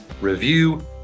review